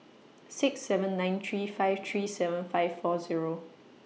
six seven nine three five three seven five four Zero